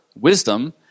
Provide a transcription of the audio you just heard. wisdom